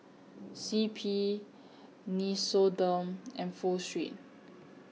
C P Nixoderm and Pho Street